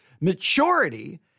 maturity